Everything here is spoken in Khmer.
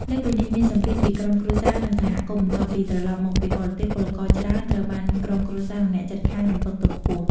លើសពីនេះមានសម្ពាធពីក្រុមគ្រួសារ និងសហគមន៍ បន្ទាប់ពីត្រឡប់មកពីបរទេស ពលករច្រើនត្រូវបានក្រុមគ្រួសារ និងអ្នកជិតខាងរំពឹងទុកខ្ពស់។